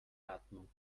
atmung